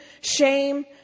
shame